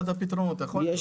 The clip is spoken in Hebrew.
לציבור יש